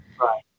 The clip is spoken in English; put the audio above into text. Right